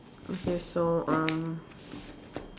okay so um